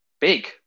big